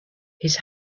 his